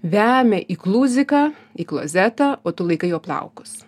vemia į kluziką į klozetą o tu laikai jo plaukus